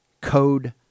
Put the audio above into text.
Code